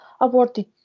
awarded